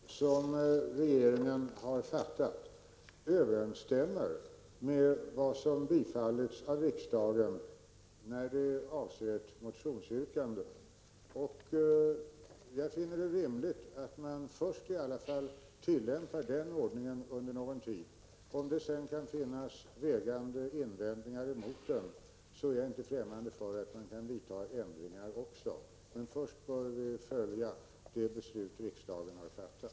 Herr talman! Det beslut som regeringen fattat överensstämmer med riksdagens beslut att bifalla motionsyrkandet. Jag finner det rimligt att man tillämpar den beslutade ordningen under någon tid. Om det visar sig finnas vägande invändningar mot den, är jag inte främmande för att man vidtar förändringar. Men först bör vi alltså följa det beslut som riksdagen har fattat.